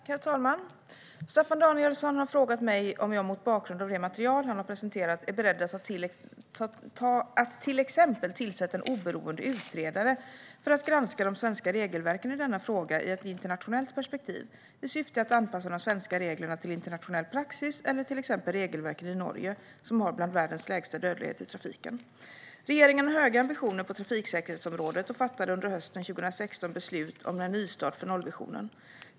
Herr talman! Staffan Danielsson har frågat mig om jag mot bakgrund av det material han har presenterat är beredd att till exempel tillsätta en oberoende utredare för att granska de svenska regelverken i denna fråga i ett internationellt perspektiv, i syfte att anpassa de svenska reglerna till internationell praxis eller till exempel regelverken i Norge, som har bland världens lägsta dödlighet i trafiken. Regeringen har höga ambitioner på trafiksäkerhetsområdet och fattade under hösten 2016 beslut om en nystart för nollvisionen.